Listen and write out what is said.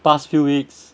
past few weeks